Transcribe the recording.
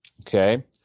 Okay